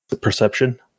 Perception